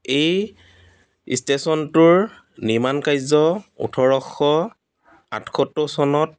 এই ষ্টেশ্যনটোৰ নিৰ্মাণ কাৰ্য ওঠৰশ আঠসত্তৰ চনত